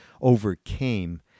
overcame